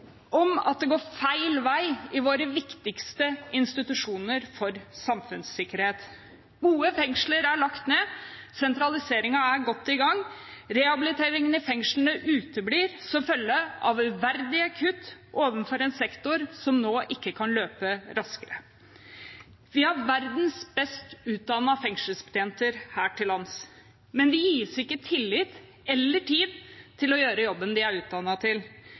om at det går feil vei i våre viktigste institusjoner for samfunnssikkerhet. Gode fengsler er lagt ned, sentraliseringen er godt i gang. Rehabiliteringen i fengslene uteblir som følge av uverdige kutt overfor en sektor som nå ikke kan løpe raskere. Vi har verdens best utdannede fengselsbetjenter her til lands, men de gis ikke tillit eller tid til å gjøre jobben de er utdannet til.